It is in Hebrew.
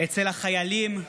אצל החיילים.